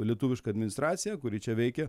lietuviška administracija kuri čia veikė